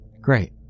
Great